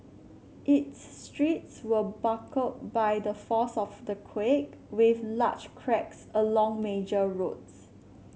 its streets were buckled by the force of the quake with large cracks along major roads